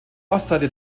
ostseite